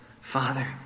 Father